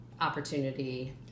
opportunity